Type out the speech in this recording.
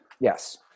Yes